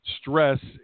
stress